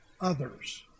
others